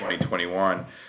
2021